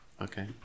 Okay